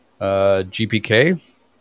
GPK